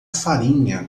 farinha